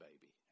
baby